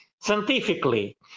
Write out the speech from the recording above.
scientifically